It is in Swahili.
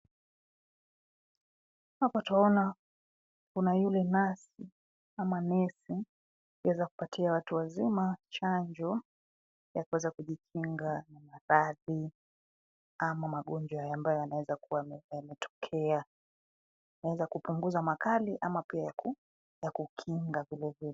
Hapa twaona kuna yule nasi ama nesi akiweza kuwapatia watu wazima chanjo ya kuweza kujikinga na maradhi ama magonjwa ambayo yanaweza kuwa yametokea. Inaweza kupunguza makali ama pia ya kukinga vilevile.